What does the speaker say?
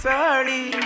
early